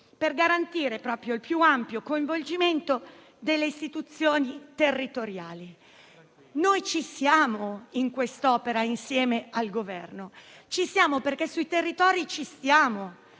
per garantire il più ampio coinvolgimento delle istituzioni territoriali. Noi ci siamo in quest'opera, insieme al Governo, perché siamo presenti sui territori e riteniamo